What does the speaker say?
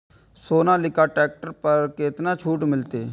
Sonalika tractor पर केतना छूट मिलते?